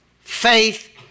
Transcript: faith